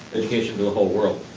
education to the whole world.